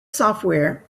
software